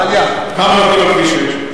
כמה נותנים על כביש 6?